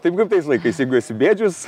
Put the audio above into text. taip kaip tais laikais jeigu esi bėdžius